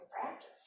practice